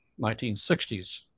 1960s